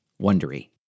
Wondery